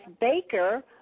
Baker